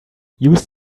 use